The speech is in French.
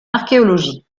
archéologie